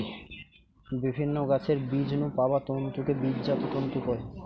বিভিন্ন গাছের বীজ নু পাওয়া তন্তুকে বীজজাত তন্তু কয়